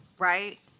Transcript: right